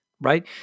right